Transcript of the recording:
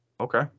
okay